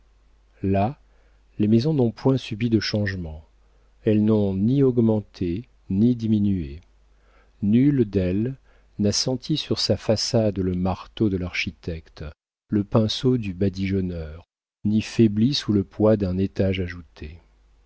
là les maisons n'ont point subi de changement elles n'ont ni augmenté ni diminué nulle d'elles n'a senti sur sa façade le marteau de l'architecte le pinceau du badigeonneur ni faibli sous le poids d'un étage ajouté